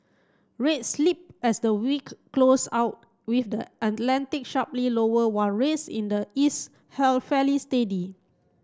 rates slipped as the week closed out with the Atlantic sharply lower while rates in the east held fairly steady